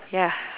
ya